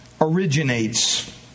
originates